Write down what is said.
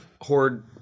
horde